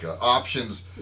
options